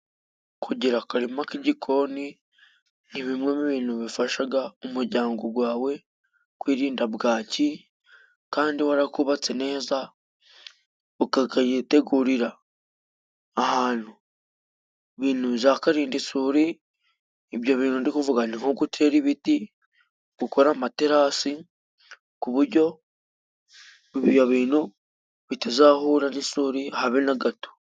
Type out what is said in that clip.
Kugira akarima k'igikoni ni bimwe mu bintu bifashaga umuryango gwawe kwirinda bwaki, kandi warakubatse neza ukakayitegurira ahantu, ibintu bizakarinda isuri, ibyo bintu ndikuvuga, ni nko gutera ibiti ukora amaterasi ku buryo ibyo bintu bitazahura n'isuri habe na gato.